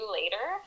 later